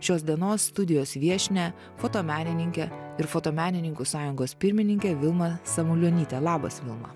šios dienos studijos viešnią fotomenininkę ir fotomenininkų sąjungos pirmininkę vilmą samulionytę labas vilma